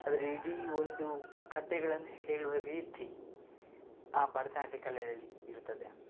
ಅದರ ಇಡೀ ಒಂದು ಕತೆಗಳನ್ನು ಹೇಳುವ ರೀತಿ ಆ ಭರತನಾಟ್ಯ ಕಲೆಯಲ್ಲಿ ಇರ್ತದೆ